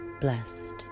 blessed